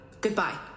Goodbye